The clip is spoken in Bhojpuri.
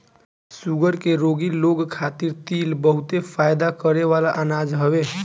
शुगर के रोगी लोग खातिर तिल बहुते फायदा करेवाला अनाज हवे